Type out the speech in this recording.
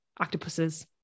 octopuses